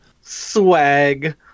Swag